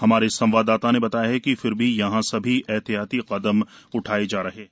हमारे संवाददाता ने बताया है कि फिर भी यहां सभी अहतियाती कदम उठाए जा रहे हैं